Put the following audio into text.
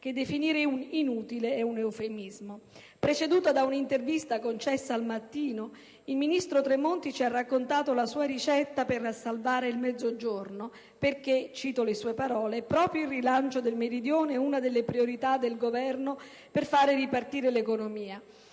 che definire inutile è un eufemismo. Preceduto da un'intervista concessa a «Il Mattino», il ministro Tremonti ci ha raccontato la sua ricetta per «salvare il Mezzogiorno» perché - cito le sue parole - «proprio il rilancio del Meridione è una delle priorità del Governo per far ripartire l'economia».